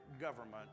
government